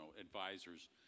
advisors